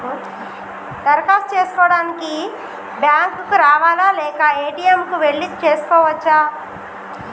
దరఖాస్తు చేసుకోవడానికి బ్యాంక్ కు రావాలా లేక ఏ.టి.ఎమ్ కు వెళ్లి చేసుకోవచ్చా?